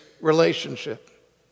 relationship